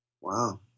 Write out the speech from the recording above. Wow